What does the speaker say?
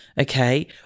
okay